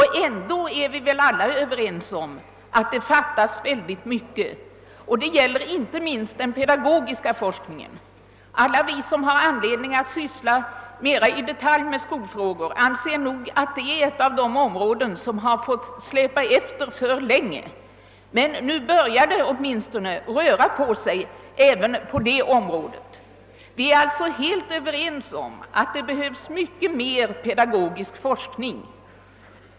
Ändå är vi väl alla överens om att dessa inte är tillräckliga. Det gäller inte minst den pedagogiska forskningen. Vi som har anledning att mera i detalj syssla med skolfrågor anser att detta är ett område som har fått släpa efter för länge, men nu börjar det åtminstone att röra på sig. Vi är alltså helt överens om att det behövs mycket mer pedagogisk forskning.